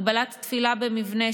הגבלת תפילה במבנה,